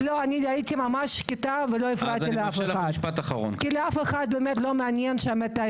אז הוא גם לוקח אחריות על כל